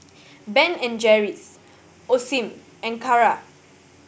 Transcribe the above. Ben and Jerry's Osim and Kara